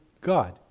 God